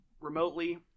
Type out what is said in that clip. remotely